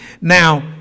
Now